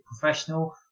professional